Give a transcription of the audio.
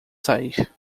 sair